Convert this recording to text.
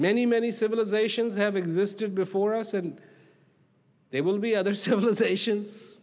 many many civilizations have existed before us and they will be other civilizations